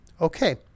Okay